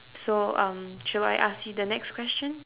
so um shall I ask you the next question